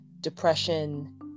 depression